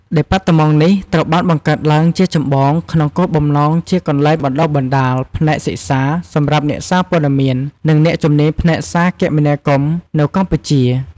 ដេប៉ាតឺម៉ង់នេះត្រូវបានបង្កើតឡើងជាចម្បងក្នុងគោលបំណងជាកន្លែងបណ្ដុះបណ្ដាលផ្នែកសិក្សាសម្រាប់ អ្នកសារព័ត៌មាន និង អ្នកជំនាញផ្នែកសារគមនាគមន៍ នៅកម្ពុជា។